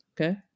Okay